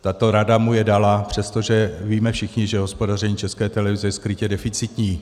Tato rada mu je dala, přestože víme všichni, že hospodaření České televize je skrytě deficitní.